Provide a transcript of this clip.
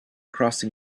crossing